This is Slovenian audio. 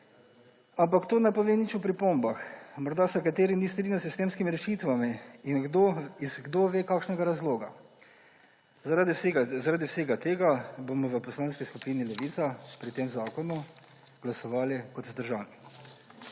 Ampak to ne pove nič o pripombah. Morda se kateri ni strinjal s sistemskimi rešitvami iz kdo ve kakšnega razloga. Zaradi vsega tega bomo v Poslanski skupini Levica glasovali kot vzdržani.